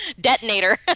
detonator